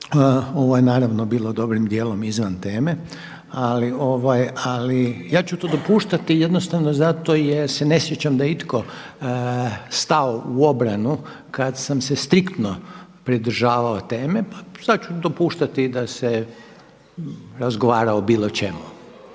Ovo je naravno bilo dobrim dijelom izvan teme, ali ja ću to dopuštati jednostavno zato jer se ne sjećam da je itko stao u obranu kad sam se striktno pridržavao teme. Sad ću dopuštati da se razgovara o bilo čemu,